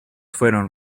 fueron